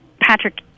Patrick